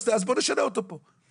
אז בואו נשנה אותו פה,